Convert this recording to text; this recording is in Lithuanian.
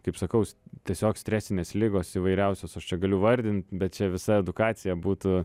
kaip sakau s tiesiog stresinės ligos įvairiausios aš čia galiu vardint bet čia visa edukacija būtų